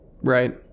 Right